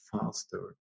faster